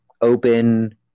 open